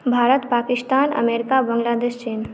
Bharat Pakistan America Bangladesh चीन